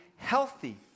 healthy